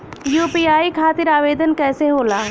UPI खातिर आवेदन कैसे होला?